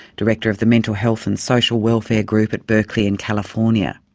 director of the mental health and social welfare group at berkeley in california.